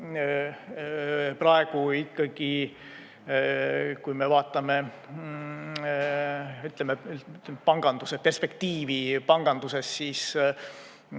Praegu ikkagi, kui me vaatame, ütleme, perspektiivi panganduses, siis